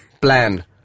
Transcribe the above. Plan